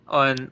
on